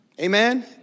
Amen